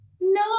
No